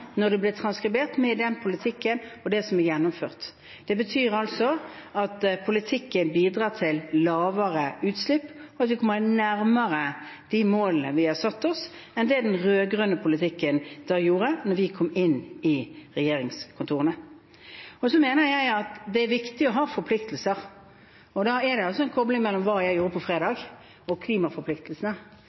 når det blir transkribert, med den politikken og det som er gjennomført. Det betyr altså at politikken bidrar til lavere utslipp, og at vi kommer nærmere de målene vi har satt oss, enn det den rød-grønne politikken gjorde da vi kom inn i regjeringskontorene. Så mener jeg at det er viktig å ha forpliktelser, og da er det en kobling mellom det jeg gjorde på fredag, og klimaforpliktelsene.